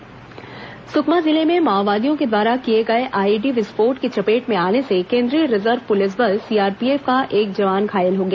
माओवादी घटना सुकमा जिले में माओवादियों द्वारा किए गए आईईडी विस्फोट की चपेट में आने से केंद्रीय रिजर्व पुलिस बल सीआरपीएफ का एक जवान घायल हो गया